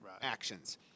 actions